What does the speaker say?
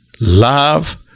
love